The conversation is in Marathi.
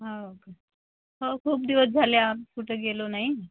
हो हो खूप दिवस झाले आप कुठे गेलो नाही